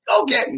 Okay